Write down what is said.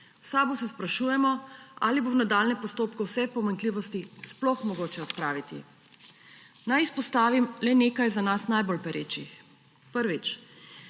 V SAB se sprašujemo, ali bo v nadaljnjem postopku vse pomanjkljivosti sploh mogoče odpraviti. Naj izpostavim le nekaj, za nas najbolj perečih. Prvič,